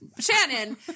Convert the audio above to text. Shannon